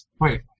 Wait